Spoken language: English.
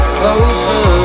closer